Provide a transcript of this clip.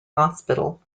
hospital